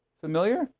familiar